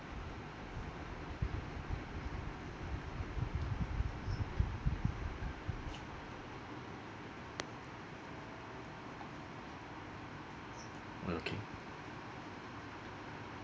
okay